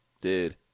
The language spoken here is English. Dude